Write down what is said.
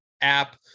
app